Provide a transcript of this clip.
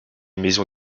maison